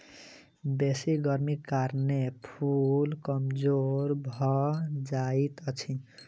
बेसी गर्मीक कारणें फूल कमजोर भअ जाइत अछि